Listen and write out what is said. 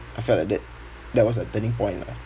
I felt like that that was a turning point lah